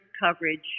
coverage